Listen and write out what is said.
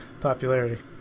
popularity